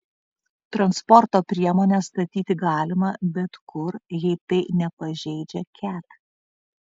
transporto priemones statyti galima bet kur jei tai nepažeidžia ket